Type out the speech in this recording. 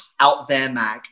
outtheremag